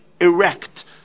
erect